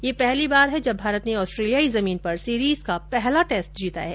यह पहली बार है जब भारत ने ऑस्ट्रेलियाई जमीन पर सीरीज का पहला टेस्ट जीता है